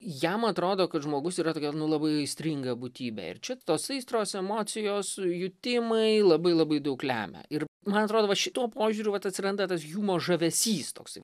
jam atrodo kad žmogus yra tokia nu labai aistringa būtybė ir čia tos aistros emocijos jutimai labai labai daug lemia ir man atrodo va šituo požiūriu vat atsiranda tas hjumo žavesys toksai